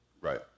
Right